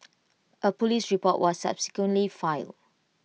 A Police report was subsequently filed